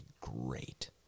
great